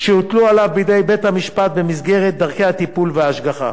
שהוטלו עליו בידי בית-המשפט במסגרת דרכי הטיפול וההשגחה,